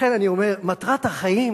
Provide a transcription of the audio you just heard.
לכן אני אומר, מטרת החיים